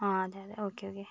ആ അതെ അതെ ഓക്കേ ഓക്കേ